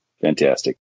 Fantastic